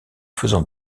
faisant